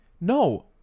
No